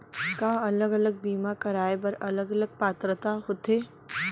का अलग अलग बीमा कराय बर अलग अलग पात्रता होथे?